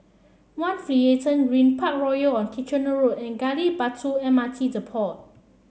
One Finlayson Green Parkroyal on Kitchener Road and Gali Batu M R T Depot